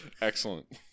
Excellent